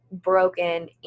broken